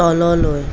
তললৈ